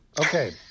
Okay